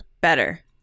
better